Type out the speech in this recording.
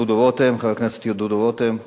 חבר הכנסת דודו רותם,